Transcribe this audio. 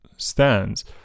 stands